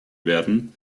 werden